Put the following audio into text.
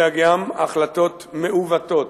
אלא גם החלטות מעוותות,